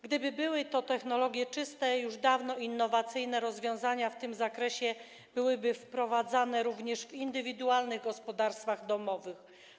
Gdyby były to technologie czyste, już dawno innowacyjne rozwiązania w tym zakresie byłyby wprowadzane, również w indywidualnych gospodarstwach domowych.